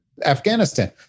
Afghanistan